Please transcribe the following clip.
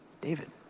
David